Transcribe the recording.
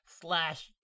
slash